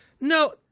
No